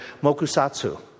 mokusatsu